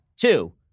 Two